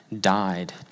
died